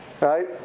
Right